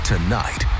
Tonight